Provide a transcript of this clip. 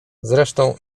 zresztą